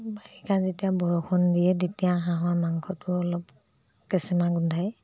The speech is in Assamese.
বাৰিষা যেতিয়া বৰষুণ দিয়ে তেতিয়া হাঁহৰ মাংসটো অলপ কেঁচেমা গোন্ধাই